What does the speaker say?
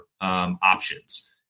options